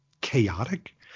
chaotic